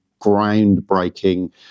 groundbreaking